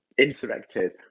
insurrected